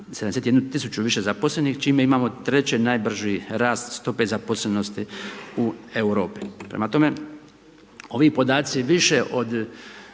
71 tisuću više zaposlenih, čime imamo 3 najbrži rast stope zaposlenosti u Europi. Prema tome, ovi podaci više od